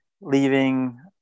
leaving